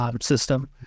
system